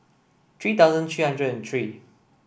three thousand three hundred and three